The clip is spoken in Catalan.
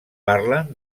parlen